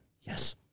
Yes